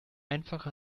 einfach